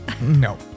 No